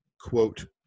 quote